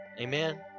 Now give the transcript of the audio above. Amen